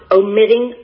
omitting